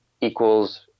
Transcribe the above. equals